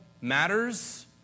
matters